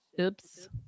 Oops